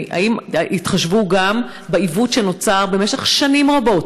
האם יתחשבו גם בעיוות שנוצר במשך שנים רבות